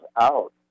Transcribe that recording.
out